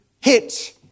hit